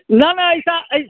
ना ना ऐसा ही